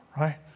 right